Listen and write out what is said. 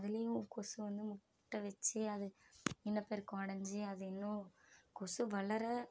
அதுலேயும் கொசு வந்து முட்டை வச்சு அது இனப்பெருக்கம் அடைஞ்சு அது இன்னும் கொசு வளர